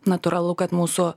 natūralu kad mūsų